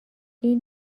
این